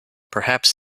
perhaps